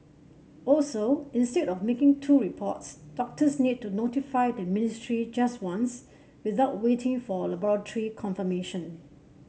also instead of making two reports doctors need to notify the ministry just once without waiting for laboratory confirmation